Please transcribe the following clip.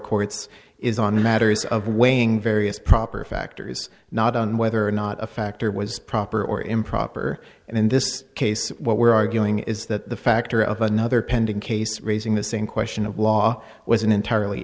courts is on matters of weighing various proper factors not on whether or not a factor was proper or improper and in this case what we're arguing is that the factor of another pending case raising the same question of law was an entirely